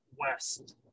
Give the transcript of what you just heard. west